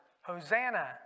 Hosanna